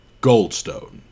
Goldstone